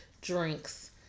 drinks